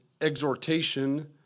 exhortation